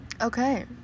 okay